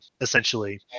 essentially